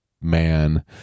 man